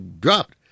dropped